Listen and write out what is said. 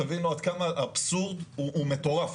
תבינו עד כמה האבסורד הוא מטורף.